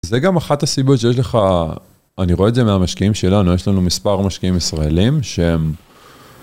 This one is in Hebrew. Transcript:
זה גם אחת הסיבות שיש לך, אני רואה את זה מהמשקיעים שלנו, יש לנו מספר משקיעים ישראלים שהם...